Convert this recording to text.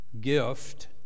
gift